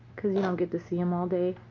because you don't get to see him all day?